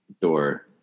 door